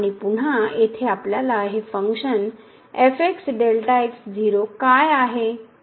आणि पुन्हा येथे आपल्याला हे फंक्शन काय आहे ते पहावे